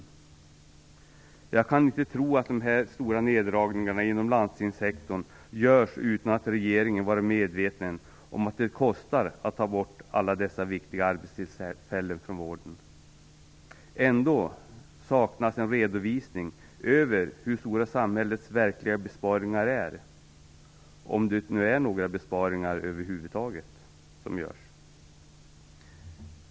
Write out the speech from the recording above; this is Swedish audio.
Jag kan inte tro att de här stora neddragningarna inom landstingssektorn görs utan att regeringen har varit medveten om att det kostar att ta bort alla dessa viktiga arbetstillfällen från vården. Ändå saknas det en redovisning över hur stora samhällets verkliga besparingar är, om det nu görs någon besparing över huvud taget.